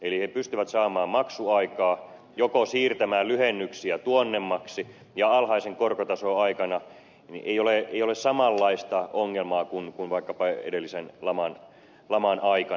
eli he pystyvät saamaan maksuaikaa siirtämään lyhennyksiä tuonnemmaksi ja alhaisen korkotason aikana ei ole samanlaista ongelmaa kuin vaikkapa edellisen laman aikana